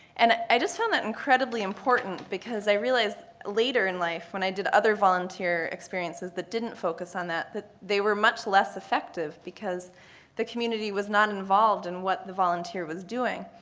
and i just found that incredibly important, because i realized later in life when i did other volunteer experiences that didn't focus on that that they were much less effective, because the community was not involved in what the volunteer was doing.